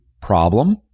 problem